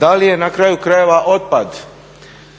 Da li je na kraju krajeva otpad